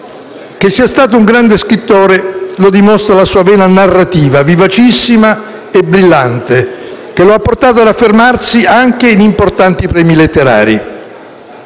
Che sia stato un grande scrittore lo dimostra la sua vena narrativa, vivacissima e brillante, che lo ha portato ad affermarsi anche in importanti premi letterari.